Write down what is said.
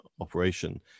operation